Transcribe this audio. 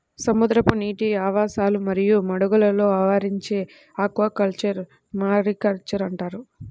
సముద్రపు నీటి ఆవాసాలు మరియు మడుగులలో ఆచరించే ఆక్వాకల్చర్ను మారికల్చర్ అంటారు